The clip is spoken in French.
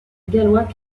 gallois